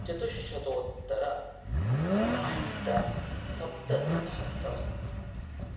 चतुष्शतोत्तर अष्टसप्ततिसहस्रं